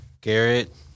Garrett